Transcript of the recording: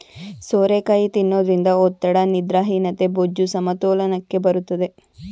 ಸೋರೆಕಾಯಿ ತಿನ್ನೋದ್ರಿಂದ ಒತ್ತಡ, ನಿದ್ರಾಹೀನತೆ, ಬೊಜ್ಜು, ಸಮತೋಲನಕ್ಕೆ ಬರುತ್ತದೆ